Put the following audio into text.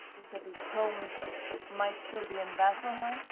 you said these tomes ah might still be in vasselheim?